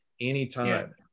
anytime